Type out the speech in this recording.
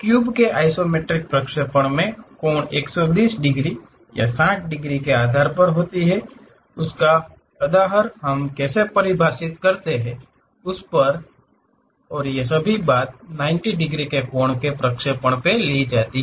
cube के isometric प्रक्षेपण में कोण 120 डिग्री या 60 डिग्री के आधार पर होती हैं उसका अदाहर हम कैसे परिभाषित कर रहे हैं उस पर हैं और यह सभी 90 डिग्री के कोण के प्रक्षेपण हैं